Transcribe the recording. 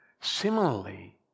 Similarly